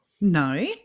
No